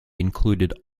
included